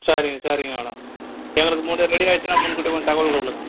சரிங்க சரிங்க மேடம் எங்களுக்கு முன்னாடியே ரெடி ஆகிடுச்சின்னா முன்கூட்டியே கொஞ்சம் தகவல் சொல்லுங்கள்